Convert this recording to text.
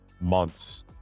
months